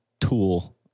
Tool